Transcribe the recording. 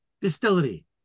distillery